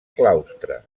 claustre